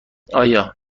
آیا